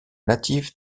natif